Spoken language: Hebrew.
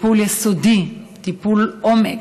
טיפול יסודי, טיפול עומק.